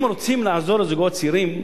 אם רוצים לעזור לזוגות צעירים,